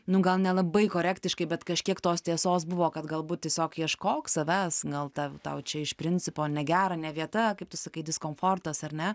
nu gal nelabai korektiškai bet kažkiek tos tiesos buvo kad galbūt tiesiog ieškok savęs gal tav tau čia iš principo negera ne vieta kaip tu sakai diskomfortas ar ne